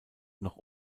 noch